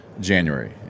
january